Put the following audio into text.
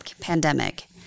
pandemic